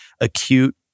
acute